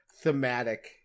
thematic